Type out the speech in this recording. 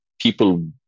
people